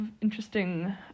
interesting